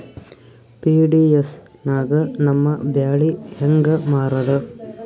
PDS ನಾಗ ನಮ್ಮ ಬ್ಯಾಳಿ ಹೆಂಗ ಮಾರದ?